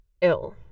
ill